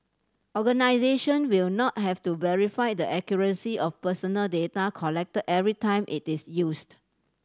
organisation will not have to verify the accuracy of personal data collected every time it is used